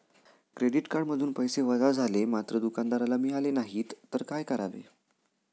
Credit कार्डमधून पैसे वजा झाले मात्र दुकानदाराला मिळाले नाहीत तर काय करावे?